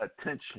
attention